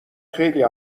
خیلی